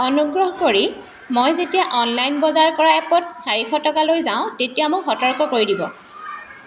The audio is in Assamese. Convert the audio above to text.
অনুগ্ৰহ কৰি মই যেতিয়া অনলাইন বজাৰ কৰা এপত চাৰিশ টকালৈ যাওঁ তেতিয়া মোক সতৰ্ক কৰি দিব